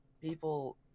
people